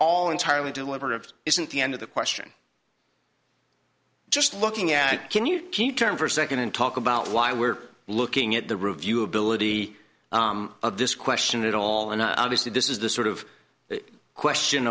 all entirely deliberative isn't the end of the question just looking at can you keep turn for a second and talk about why we're looking at the review ability of this question at all and i obviously this is the sort of question